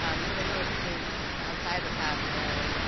um because i know our students outside the classroom,